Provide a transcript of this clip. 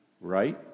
right